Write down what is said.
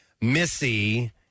Missy